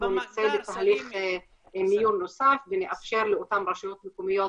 אנחנו נצא לתהליך מיון נוסף ונאפשר לאותן רשויות מקומיות